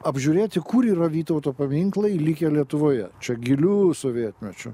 apžiūrėti kur yra vytauto paminklai likę lietuvoje čia giliu sovietmečiu